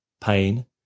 pain